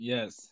Yes